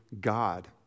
God